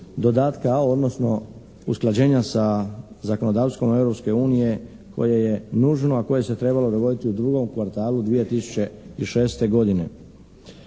dodatka A odnosno usklađenja sa zakonodavstvom Europske unije koje je nužno a koje se trebalo dogoditi u drugom kvartalu 2006. godine.